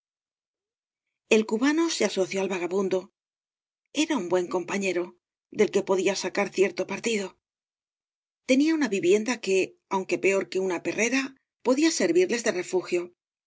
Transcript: padre cubano se asoció al vagabundo era un buen compañero del que podía sacar cierto partido oáñab t barro tenia una vivienda que aunque peor que una perrera podía bervirles de refugio